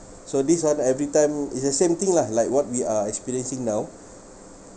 so this one every time it's the same thing lah like what we are experiencing now